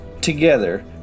together